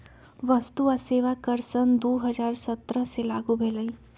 वस्तु आ सेवा कर सन दू हज़ार सत्रह से लागू भेलई